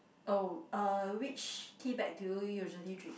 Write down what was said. oh uh which tea bag did you usually drink